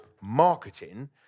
marketing